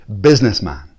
businessman